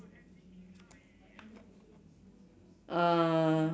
uh